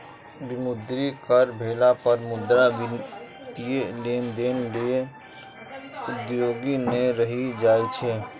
विमुद्रीकरण भेला पर मुद्रा वित्तीय लेनदेन लेल उपयोगी नै रहि जाइ छै